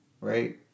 Right